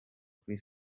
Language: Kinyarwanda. kuri